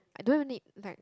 I don't even like